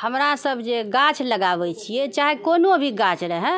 हमरा सब जे गाछ लगाबै छियै चाहे कोनो भी गाछ रहै